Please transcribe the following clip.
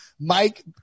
Mike